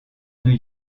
new